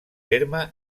terme